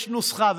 יש נוסחה,